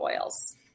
oils